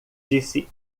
disse